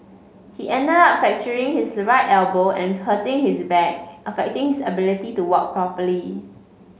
he ended up fracturing his the right elbow and hurting his back affecting his ability to walk properly